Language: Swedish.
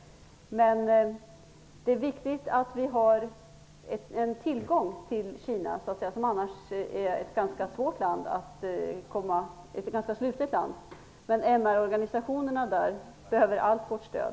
Men det är viktigt att vi har ''tillgång'' till Kina, som annars är ett ganska slutet land. MR organisationerna där behöver allt vårt stöd.